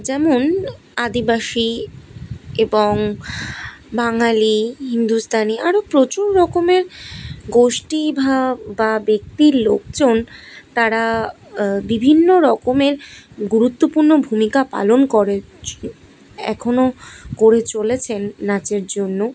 যেমন আদিবাসী এবং বাঙালি হিন্দুস্তানি আরও প্রচুর রকমের গোষ্ঠী বা ব্যক্তির লোকজন তারা বিভিন্ন রকমের গুরুত্বপূর্ণ ভূমিকা পালন করছে এখনো করে চলেছেন নাচের জন্য